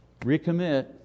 recommit